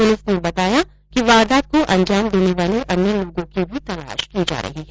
police ने बताया कि वारदात को अंजाम देने वाले अन्य लोगों की भी तलाश की जा रही है